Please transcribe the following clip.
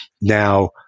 Now